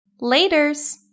Laters